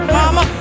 mama